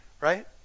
right